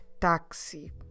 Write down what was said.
taxi